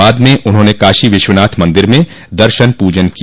बाद में उन्होंने काशी विश्वनाथ मन्दिर में दर्शन पूजन किया